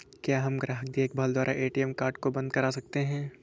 क्या हम ग्राहक देखभाल द्वारा ए.टी.एम कार्ड को बंद करा सकते हैं?